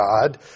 God